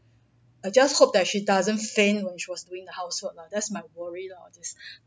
I just hope that she doesn't faint when she was doing the housework lah that's my worry lah all this